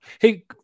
Hey